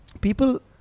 People